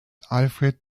alfred